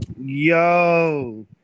yo